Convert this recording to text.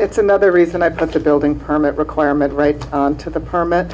it's another reason i put a building permit requirement right on to the permit